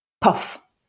Puff